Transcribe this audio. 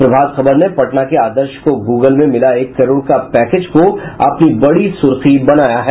प्रभात खबर ने पटना के आदर्श को गुगल में मिला एक करोड़ का पैकेज को अपनी बड़ी सुर्खी बनाया है